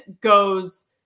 goes